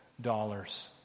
dollars